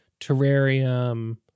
terrarium